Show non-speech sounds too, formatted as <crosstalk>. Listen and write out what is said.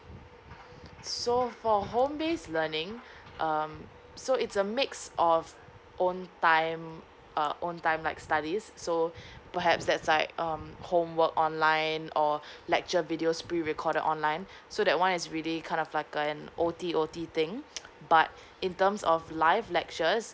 so for home based learning um so it's a mix of own time uh own time like studies so perhaps that's like um homework online or lecture videos prerecorded online so that one is really kind of like a an O_T O_T thing <noise> but in terms of live lectures